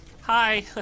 Hi